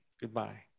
goodbye